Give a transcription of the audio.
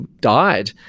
died